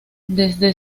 desde